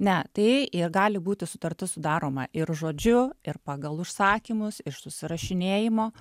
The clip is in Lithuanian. ne tai ir gali būti sutartis sudaroma ir žodžiu ir pagal užsakymus iš susirašinėjimo